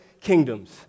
kingdoms